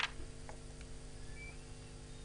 בבקשה.